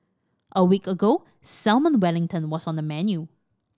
a week ago Salmon Wellington was on the menu